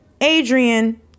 Adrian